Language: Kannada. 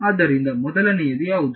ಆದ್ದರಿಂದ ಮೊದಲನೆಯದು ಯಾವುದು